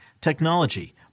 technology